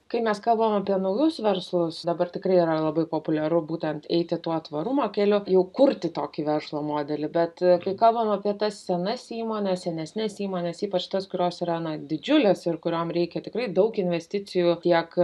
kai mes kalbam apie naujus verslus dabar tikrai yra labai populiaru būtent eiti tuo tvarumo keliu jau kurti tokį verslo modelį bet kai kalbam apie tas senas įmones senesnes įmones ypač tas kurios yra na didžiulės ir kuriom reikia tikrai daug investicijų tiek